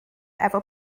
efo